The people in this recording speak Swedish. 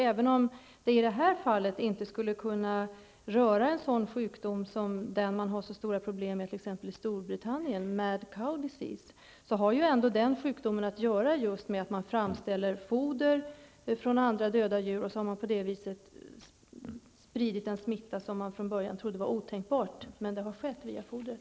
Även om det i detta fall inte skulle kunna röra en sådan sjukdom som man har så stora problem med i t.ex. Storbritannien, mad cow decease, har den sjukdomen ändå att göra med att man framställer foder från döda djur, och sedan sprids smittan, vilket man från början trodde var otänkbart, men det har skett via fodret.